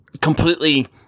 completely